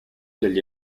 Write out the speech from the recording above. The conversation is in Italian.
degli